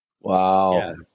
Wow